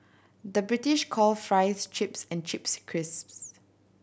the British call fries chips and chips crisps